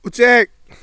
ꯎꯆꯦꯛ